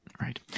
Right